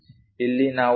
ಇಲ್ಲಿ ನಾವು ಈಗಾಗಲೇ 2